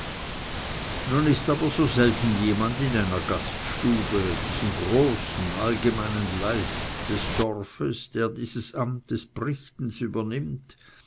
nun ist aber so selten jemand in einer gaststube diesem großen allgemeinen leist des dorfes der dieses amt des brichtens übernimmt